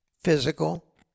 physical